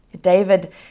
David